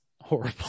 horrible